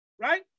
right